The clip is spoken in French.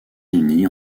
unis